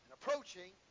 Approaching